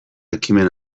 ekimen